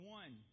one